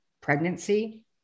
pregnancy